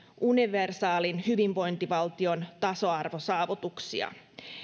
universaalin hyvinvointivaltion tasa arvosaavutuksia